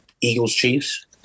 Eagles-Chiefs